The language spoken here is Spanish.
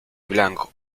blanco